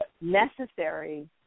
necessary